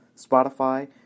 Spotify